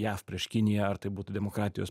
jav prieš kiniją ar tai būtų demokratijos